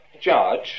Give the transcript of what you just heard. judge